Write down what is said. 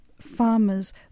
farmers